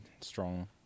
strong